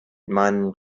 meinen